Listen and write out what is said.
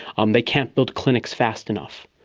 um they can't build clinics fast enough.